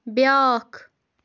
بیٛاکھ